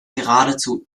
geradezu